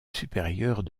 supérieure